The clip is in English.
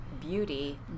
beauty